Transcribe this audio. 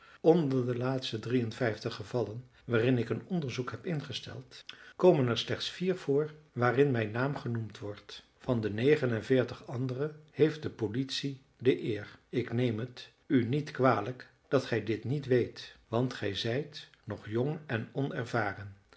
onder de laatste drie en vijftig gevallen waarin ik een onderzoek heb ingesteld komen er slechts vier voor waarin mijn naam genoemd wordt van de negen en veertig andere heeft de politie de eer ik neem het u niet kwalijk dat gij dit niet weet want gij zijt nog jong en onervaren